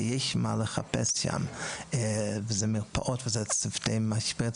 שיש מה לחפש שם; זה מרפאות וצוותי משבר,